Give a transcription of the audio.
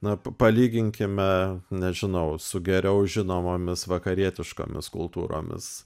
na palyginkime nežinau su geriau žinomomis vakarietiškomis kultūromis